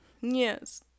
Yes